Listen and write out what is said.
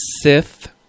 Sith